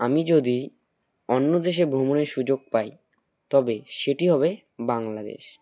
আমি যদি অন্য দেশে ভ্রমণের সুযোগ পাই তবে সেটি হবে বাংলাদেশ